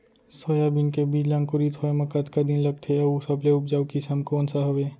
Soybean के बीज ला अंकुरित होय म कतका दिन लगथे, अऊ सबले उपजाऊ किसम कोन सा हवये?